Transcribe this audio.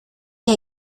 que